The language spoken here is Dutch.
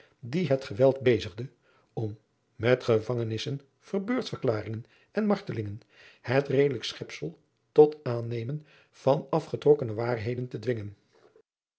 die het geweld bezigde om met gevangenissen verbeurdverklaringen en marteltuigen het redelijk schepsel tot het aannemen van afgetrokkene waarheden te dwingen